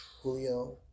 Julio